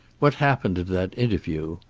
what happened at that interview,